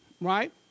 right